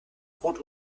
rot